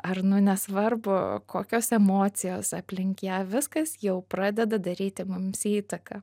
ar nu nesvarbu kokios emocijos aplink ją viskas jau pradeda daryti mums įtaką